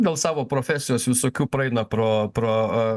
dėl savo profesijos visokių praeina pro pro